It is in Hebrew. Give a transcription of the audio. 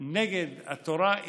נגד התורה.